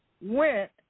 went